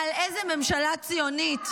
אין לך בושה?